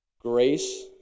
Grace